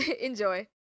Enjoy